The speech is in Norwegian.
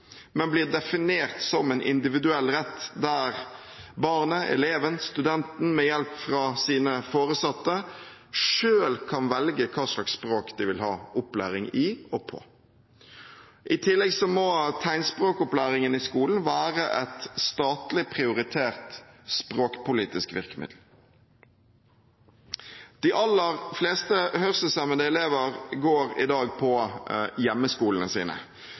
men blir definert som en individuell rett, der barnet, eleven, studenten – med hjelp fra sine foresatte – selv kan velge hva slags språk de vil ha opplæring i og på. I tillegg må tegnspråkopplæringen i skolen være et statlig prioritert språkpolitisk virkemiddel. De aller fleste hørselshemmede elever går i dag på